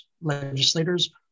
legislators